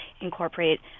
incorporate